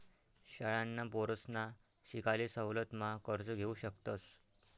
शाळांना पोरसना शिकाले सवलत मा कर्ज घेवू शकतस